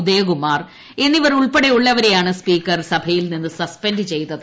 ഉദയകുമാർ എന്നിവർ ഉൾപ്പെടെ ഉള്ളവരെ യാണ് സ്പീക്കർ സഭയിൽ നിന്നു സസ്പെന്റ് ചെയ്തത്